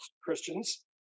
Christians